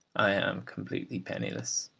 i am completely penniless,